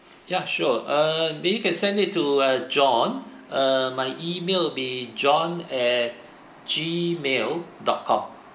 ya sure err maybe can send it to uh john uh my email will be john at gmail dot com